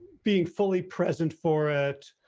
being fully present for it.